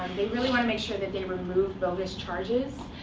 they really want to make sure that they remove bogus charges,